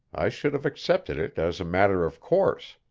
i should have accepted it as a matter of course.